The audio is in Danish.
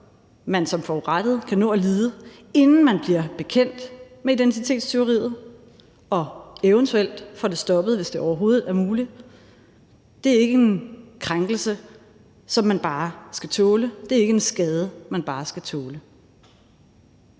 man som forurettet kan nå at lide, inden man bliver bekendt med identitetstyveriet og eventuelt får det stoppet, hvis det overhovedet er muligt, er ikke en krænkelse, som man bare skal tåle. Det er ikke en skade, man bare skal tåle.